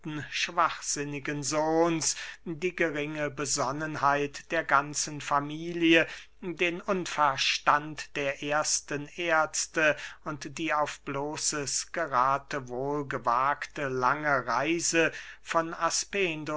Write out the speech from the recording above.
schwachsinnigen sohns die geringe besonnenheit der ganzen familie den unverstand der ersten ärzte und die auf bloßes gerathewohl gewagte lange reise von